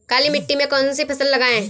काली मिट्टी में कौन सी फसल लगाएँ?